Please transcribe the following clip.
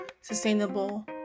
sustainable